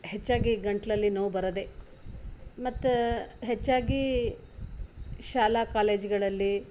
ಹೆಚ್ಚಾಗಿ ಗಂಟಲಲ್ಲಿ ನೋವು ಬರದೆ ಮತ್ತು ಹೆಚ್ಚಾಗಿ ಶಾಲಾ ಕಾಲೇಜ್ಗಳಲ್ಲಿ